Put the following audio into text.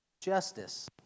Justice